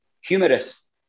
humorous